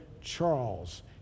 Charles